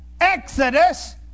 Exodus